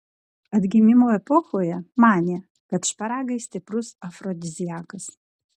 atgimimo epochoje manė kad šparagai stiprus afrodiziakas